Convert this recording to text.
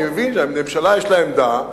אני מבין שלממשלה יש עמדה.